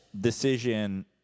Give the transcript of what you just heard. decision